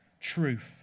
Truth